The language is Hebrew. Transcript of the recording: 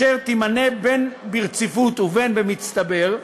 אשר תימנה בין ברציפות ובין במצטבר,